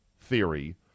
theory